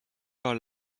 par